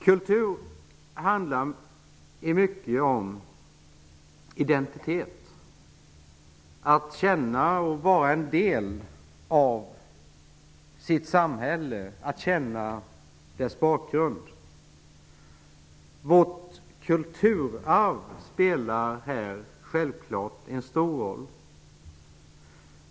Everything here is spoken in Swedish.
Kultur handlar i mycket om identitet. Man skall uppleva att man är en del av sitt samhälle, och man skall känna till samhällets bakgrund. Vårt kulturarv spelar självfallet en stor roll.